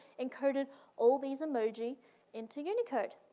encoded all these emoji into unicode.